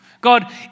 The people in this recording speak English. God